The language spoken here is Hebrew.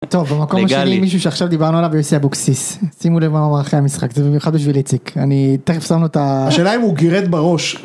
טוב במקום השני מישהו שעכשיו דיברנו עליו יוסי אבוקסיס שימו לב מה הוא אמר אחרי המשחק זה במיוחד בשביל איציק אני תכף שם אותה, השאלה אם הוא גירד בראש.